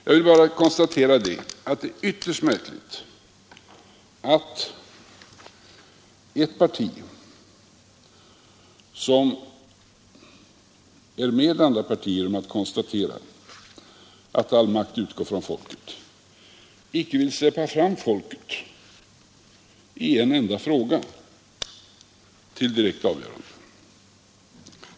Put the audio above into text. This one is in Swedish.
Jag vill bara konstatera att det är ytterst märkligt att ett parti, som är med andra partier om att fastslå att all makt utgår från folket, icke vill släppa fram folket i en enda fråga till direkt avgörande.